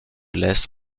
laisse